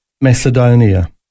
Macedonia